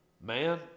Man